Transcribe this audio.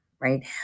right